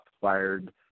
fired